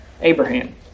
Abraham